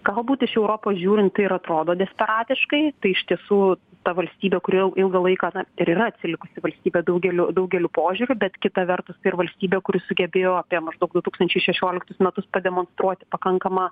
galbūt iš europos žiūrint tai ir atrodo desperatiškai tai iš tiesų ta valstybė kuri ilgą laiką na ir yra atsilikusi valstybė daugeliu daugeliu požiūrių bet kita vertus tai ir valstybė kuri sugebėjo apie maždaug du tūkstančiai šešioliktus metus pademonstruoti pakankamą